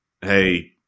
hey